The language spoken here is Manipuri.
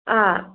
ꯑꯪ